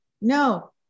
No